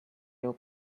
your